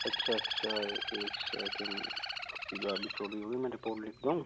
अच्छा अच्छा एक सेकेंड आपकी गाड़ी चोरी हुई मैं रिपोर्ट लिख दूँ